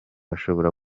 ashobora